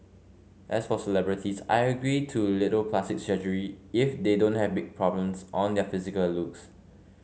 as for celebrities I agree to little plastic surgery if they don't have big problems on their physical looks